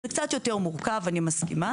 זה קצת יותר מורכב, אני מסכימה.